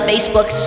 Facebook